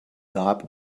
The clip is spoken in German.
gab